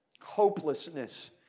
Hopelessness